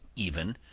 even,